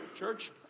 Church